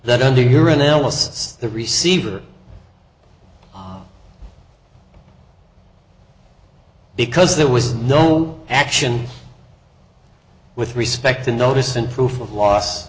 that under your analysis the receiver because there was no action with respect the notice and proof of loss